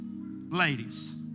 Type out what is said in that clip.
ladies